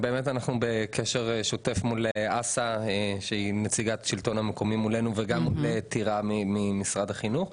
אנחנו בקשר שוטף מול נציגת השלטון המקומי וגם עם משרד החינוך.